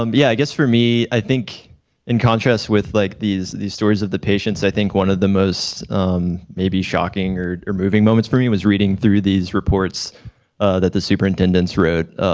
um yeah, i guess for me, i think in contrast with like these these stories of the patients, i think one of the most maybe shocking or or moving moments for me was reading through these reports that the superintendent's wrote,